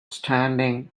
standing